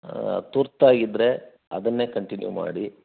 ಹಾಂ ಅದು ತುರ್ತು ಆಗಿದ್ದರೆ ಅದನ್ನೇ ಕಂಟಿನ್ಯೂ ಮಾಡಿ